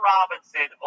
Robinson